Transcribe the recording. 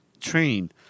train